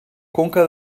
conca